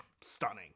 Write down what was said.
stunning